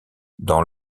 dans